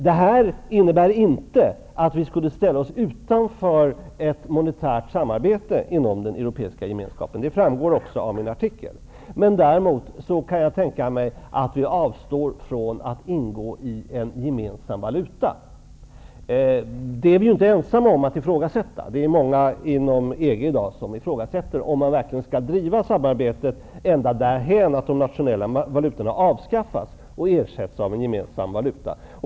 Det här innebär inte att vi skulle ställa oss utanför ett monetärt samarbete inom den europeiska gemenskapen. Det framgår också av min artikel. Däremot kan jag tänka mig att Sverige avstår ifrån att ingå i en gemensam valuta, och sådana tankar är jag ju inte ensam om. Många inom EG i frågasätter i dag om man verkligen skall driva samarbetet ända därhän att de nationella valutorna avskaffas och ersätts med en gemensam valuta.